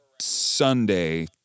Sunday